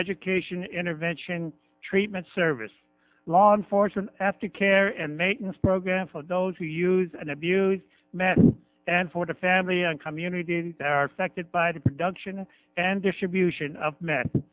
education intervention treatment service law enforcement after care and maintenance program for those who use and abuse men and for the family and community that are affected by the production and distribution of me